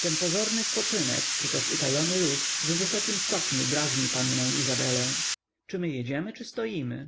ten pozorny spoczynek czy też utajony ruch w wysokim stopniu drażni pannę izabelę czy my jedziemy czy stoimy